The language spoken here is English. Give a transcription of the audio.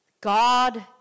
God